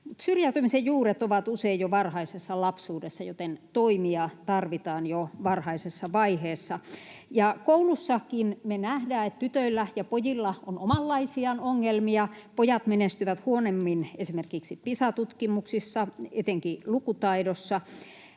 Syrjäytymisen juuret ovat usein jo varhaisessa lapsuudessa, joten toimia tarvitaan jo varhaisessa vaiheessa. Koulussakin me nähdään, että tytöillä ja pojilla on omanlaisiaan ongelmia — pojat menestyvät huonommin esimerkiksi Pisa-tutkimuksissa, etenkin lukutaidossa.